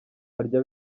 arya